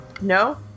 No